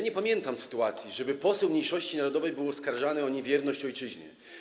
Nie pamiętam sytuacji, żeby poseł mniejszości narodowej był oskarżany o niewierność ojczyźnie.